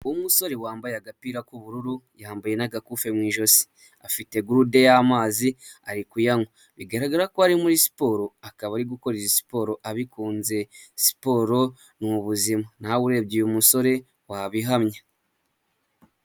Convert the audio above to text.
Umusore wambaye agapira k'ubururu yambaye n'agakufi mu ijosi, afite gurude y'amazi, ari kuyanywa bigaragara ko ari muri siporo akaba ari gukora izi siporo abikunze, siporo ni ubuzima nawe urebye uyu musore wabihamya.